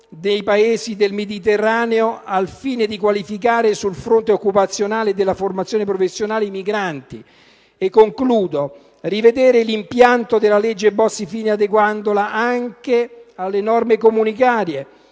nei Paesi del Mediterraneo al fine di qualificare, sul fronte occupazionale e della formazione professionale, i migranti; rivedere l'impianto della legge Bossi-Fini adeguandola alle norme comunitarie;